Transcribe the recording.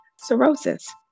cirrhosis